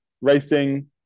racing